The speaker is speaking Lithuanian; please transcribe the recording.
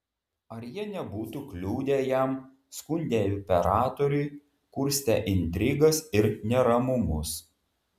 ar jie nebūtų kliudę jam skundę imperatoriui kurstę intrigas ir neramumus